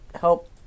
help